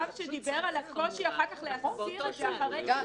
שדיבר על הקושי אחר כך להסיר את זה ---.